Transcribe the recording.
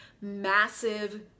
massive